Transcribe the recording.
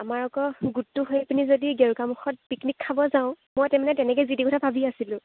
আমাৰ আকৌ গোটটোৰ হৈ পিনি যদি গেৰুকামুখত পিকনিক খাব যাওঁ মই তাৰমানে তেনেকৈ যি দি কথা ভাবি আছিলোঁ